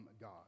God